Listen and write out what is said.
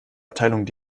abteilung